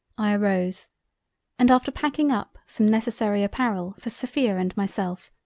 i arose and after packing up some necessary apparel for sophia and myself,